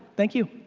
thank you.